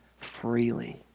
freely